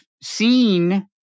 seen